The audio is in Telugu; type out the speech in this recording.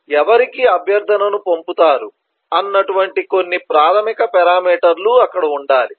మీరు ఎవరికి అభ్యర్థనను పంపుతారు అన్నటువంటి కొన్ని ప్రాథమిక పేరామీటర్లు అక్కడ ఉండాలి